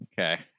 Okay